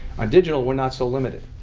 on digital, we're not so limited.